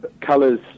colors